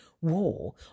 war